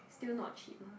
still not cheap lah